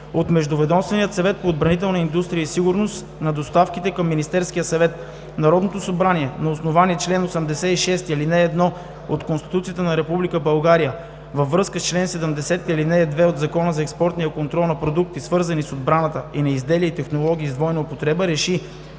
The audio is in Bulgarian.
от Междуведомствения съвет по отбранителна индустрия и сигурност на доставките към Министерския съвет Народното събрание на основание чл. 86, ал. 1 от Конституцията на Република България, във връзка с чл. 70, ал. 2 от Закона за експортния контрол на продукти, свързани с отбраната, и на изделия и технологии с двойна употреба